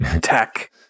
tech